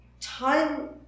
time